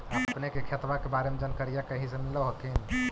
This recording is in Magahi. अपने के खेतबा के बारे मे जनकरीया कही से मिल होथिं न?